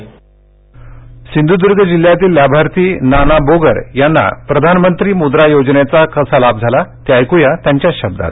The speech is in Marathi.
बाईटमुद्रा लाभार्थी सिंधुदुर्ग जिल्ह्यातील लाभार्थी नाना बोगर यांना प्रधानमंत्री मुद्रा योजनेचा कसा लाभ झाला ते ऐकूया त्यांच्याच शब्दांत